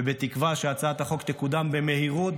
ובתקווה שהצעת החוק תקודם במהירות,